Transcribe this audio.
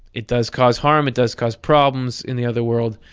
it does cause harm, it does cause problems in the other world,